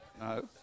No